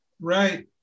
Right